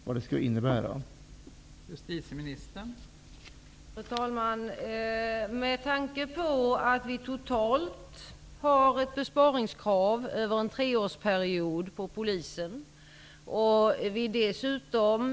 Vad innebär det i tid?